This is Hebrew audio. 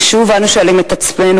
ושוב אנו שואלים את עצמנו,